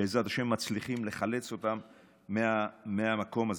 בעזרת השם, מצליחים לחלץ אותם מהמקום הזה.